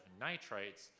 nitrites